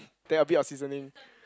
there're a bit of seasoning